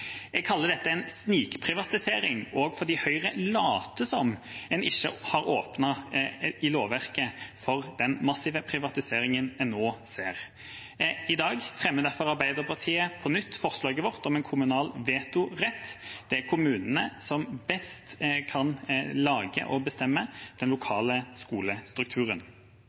Jeg kaller dette en snikprivatisering også fordi Høyre later som om en ikke har åpnet i lovverket for den massive privatiseringen en nå ser. I dag fremmer Arbeiderpartiet på nytt forslaget vårt om en kommunal vetorett. Det er kommunene som best kan lage og bestemme den lokale skolestrukturen.